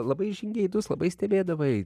labai žingeidus labai stebėdavai